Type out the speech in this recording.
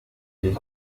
gihe